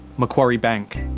macquarie bank.